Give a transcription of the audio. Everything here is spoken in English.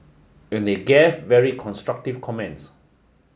and they gave very constructive comments